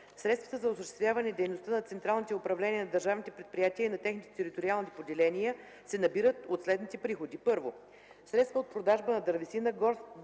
Средствата за осъществяване дейността на централните управления на държавните предприятия и на техните териториални поделения се набират от следните приходи: 1. средства от продажба на дървесина, горски